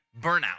burnout